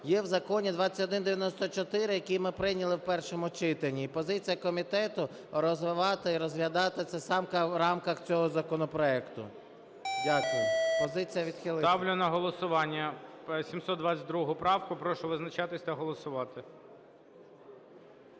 є в законі 2194, який ми прийняли в першому читанні. І позиція комітету – розвивати і розглядати це в рамках цього законопроекту. Дякую. Позиція – відхилити. ГОЛОВУЮЧИЙ. Ставлю на голосування 722 правку. Прошу визначатись та голосувати.